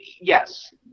yes